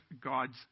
God's